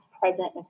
present